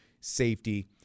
safety